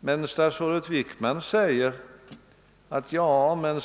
Men statsrådet Wickman säger att